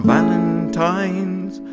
Valentine's